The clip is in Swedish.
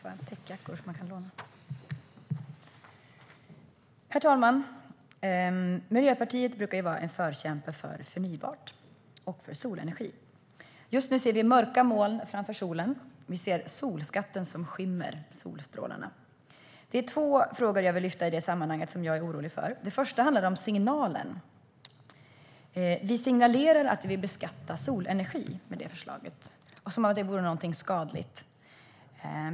Herr talman! Miljöpartiet brukar ju vara en förkämpe för förnybart och för solenergi. Just nu ser vi mörka moln framför solen; vi ser solskatten som skymmer solstrålarna. I det sammanhanget vill jag lyfta två frågor som jag är orolig för. Den första handlar om signalen. Vi signalerar att vi beskattar solenergi med det förslaget - som om solenergi vore något skadligt.